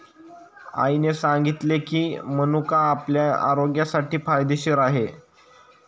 आईने सांगितले की, मनुका आपल्या आरोग्यासाठी फायदेशीर आहे